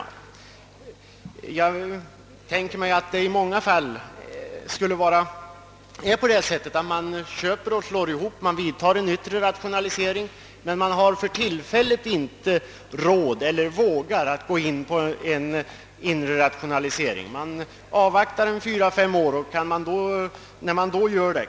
Jag tänker mig att det i många fall kan gå till så, att en person köper och slår ihop två jordbruk, d.v.s. man vidtar en yttre rationalisering, men han har för tillfället inte råd till eller vågar inte gå in på en inre rationalisering, utan avvaktar därmed säg fyra, fem år.